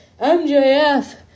MJF